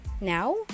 Now